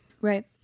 Right